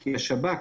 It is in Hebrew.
לשב"כ,